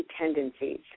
tendencies